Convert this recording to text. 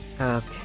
Okay